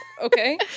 okay